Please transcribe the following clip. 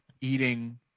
eating